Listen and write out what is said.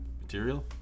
material